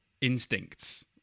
instincts